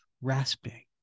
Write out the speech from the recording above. rasping